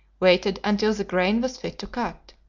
waited until the grain was fit to cut.